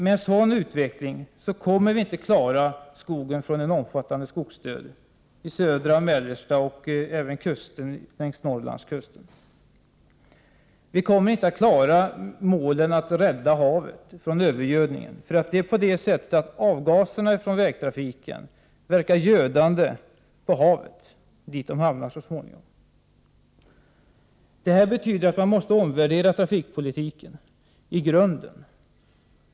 Med en sådan utveckling kommer man inte att kunna undvika en omfattande skogsdöd i södra och mellersta Sverige och längs Norrlandskusten. Man kommer inte att klara målet att rädda havet från övergödning. När avgaserna från vägtrafiken så småningom hamnar i haven verkar de gödande på haven. Det här betyder att man måste omvärdera trafikpolitiken i grunden.